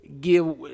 Give